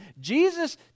Jesus